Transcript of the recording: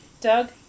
Doug